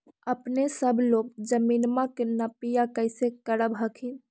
अपने सब लोग जमीनमा के नपीया कैसे करब हखिन?